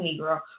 Negro